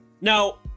Now